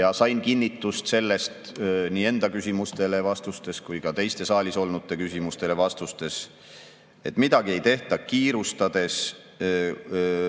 ja sain kinnitust selle kohta nii enda küsimustele vastustes kui ka teiste saalis olnute küsimustele vastustes, et midagi ei tehta kiirustades.